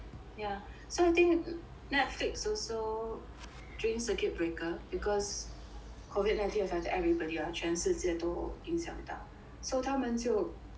so I think Netflix also during circuit breaker because COVID nineteen affected everybody ah 全世界都影响到 so 他们就